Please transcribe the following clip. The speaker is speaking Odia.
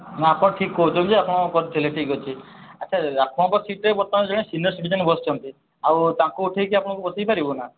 ମୁଁ ଆପଣ ଠିକ କହୁଛନ୍ତି ଯେ ଆପଣ ବସିଥିଲେ ଠିକ ଅଛି ଆଚ୍ଛା ଆପଣଙ୍କ ସିଟ୍ରେ ବର୍ତ୍ତମାନ ଜଣେ ସିନିୟର ସିଟିଜେନ୍ ବସିଛନ୍ତି ଆଉ ତାଙ୍କୁ ଉଠେଇକି ଆପଣଙ୍କୁ ବସେଇ ପାରିବୁନା